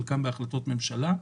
חלקם בהחלטות ממשלה,